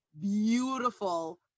beautiful